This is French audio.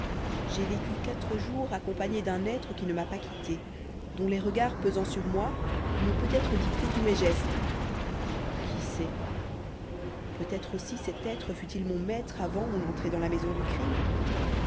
j'ai vécu quatre jours accompagné d'un être qui ne m'a pas quitté dont les regards pesant sur moi m'ont peut-être dicté tous mes gestes qui sait peut-être aussi cet être fut-il mon maître avant mon entrée dans la maison du crime